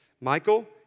Michael